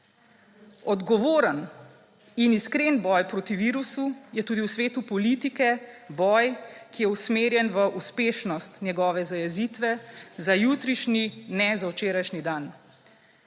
Odgovoren in iskren boj proti virusu je tudi v svetu politike boj, ki je usmerjen v uspešnost njegove zajezitve za jutrišnji, ne za včerajšnji dan.